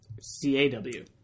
C-A-W